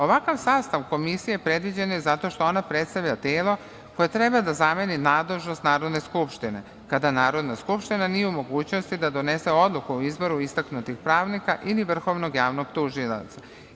Ovakav sastav komisije predviđen je zato što ona predstavlja telo koje treba da zameni nadležnost Narodne skupštine kada Narodna skupština nije u mogućnosti da donese odluku o izboru istaknutih pravnika ili vrhovnog javnog tužioca.